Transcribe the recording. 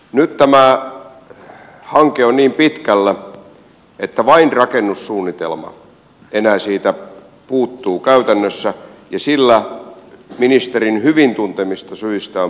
nyt tämä hanke on niin pitkällä että enää vain rakennussuunnitelmat siitä puuttuvat käytännössä ja hankkeella ministerin hyvin tuntemista syistä on poikkeuksellisen kiire